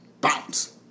Bounce